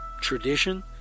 tradition